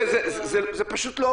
אבל הם ביחד --- זה פשוט לא עובד.